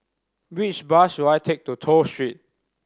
which bus should I take to Toh Street